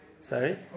Sorry